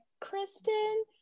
kristen